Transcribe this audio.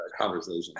conversation